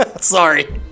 Sorry